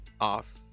off